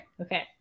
Okay